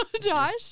Josh